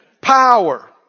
Power